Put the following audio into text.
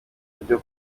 buryo